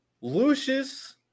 Lucius